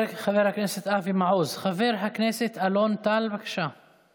היום נפגשו ראש המוסד וראש המינהל יחדיו עם הצוותים על מנת לגבש תפיסה